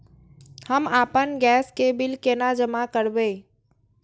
हम आपन गैस के बिल केना जमा करबे?